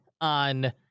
on